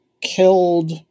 killed